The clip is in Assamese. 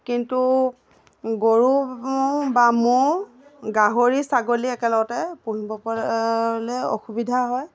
কিন্তু গৰু বা ম'হ গাহৰি ছাগলী একেলগতে পুহিব পৰা পাৰিলে অসুবিধা হয়